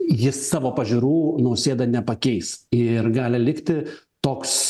jis savo pažiūrų nausėda nepakeis ir gali likti toks